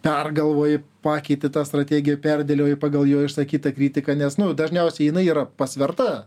pergalvoji pakeiti tą strategiją perdėlioji pagal jo išsakytą kritiką nes nu dažniausiai jinai yra pasverta